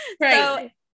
right